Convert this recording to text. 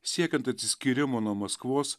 siekiant atsiskyrimo nuo maskvos